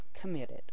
committed